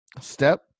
step